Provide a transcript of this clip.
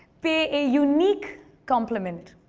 pay a unique compliment.